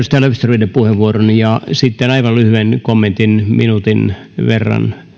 löfströmille puheenvuoron ja sitten aivan lyhyen kommentin minuutin verran